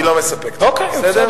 היא לא מספקת אותי, בסדר?